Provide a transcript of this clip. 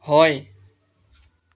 হয়